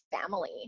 family